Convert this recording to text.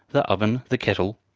the oven, the kettle.